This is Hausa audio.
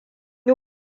yi